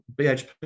BHP